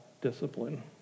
discipline